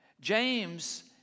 James